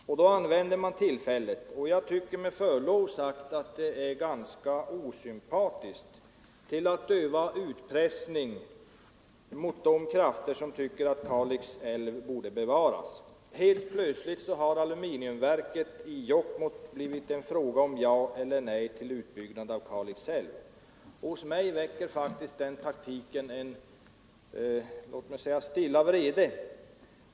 Då använder man tillfället — och jag tycker med förlov sagt att det är ganska osympatiskt — till att öva utpressning mot de krafter som tycker att Kalix älv borde bevaras. Helt plötsligt har aluminiumverket i Jokkmokk blivit en fråga om ja eller nej till utbyggnad av Kalix älv. Hos mig väcker faktiskt den taktiken en — låt mig säga — stilla vrede.